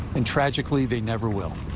and tragically they never will.